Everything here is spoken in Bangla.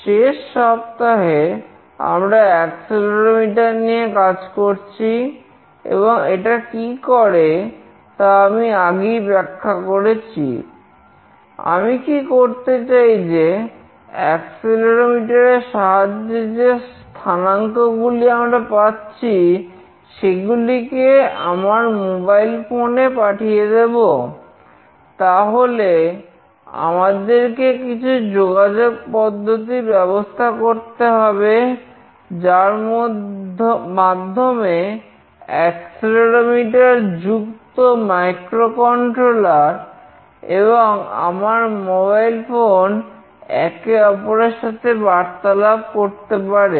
শেষ সপ্তাহে আমরা অ্যাক্সেলেরোমিটার একে অপরের সাথে বার্তালাপ করতে পারে